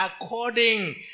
according